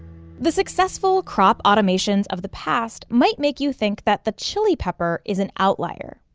the successful crop automations of the past might make you think that the chili pepper is an outlier,